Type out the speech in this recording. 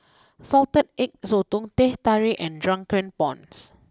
Salted Egg Sotong Teh Tarik and Drunken Prawns